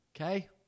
Okay